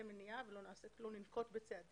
מניעה ולא נעשה כלום ולא ננקוט בצעדים,